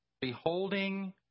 beholding